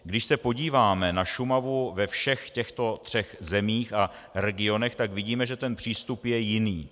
Když se podíváme na Šumavu ve všech těchto třech zemích a regionech, tak vidíme, že ten přístup je jiný.